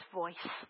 voice